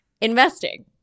Investing